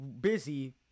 busy